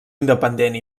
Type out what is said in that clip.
independent